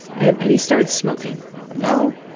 and and he starts smoking now,